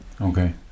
okay